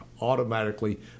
automatically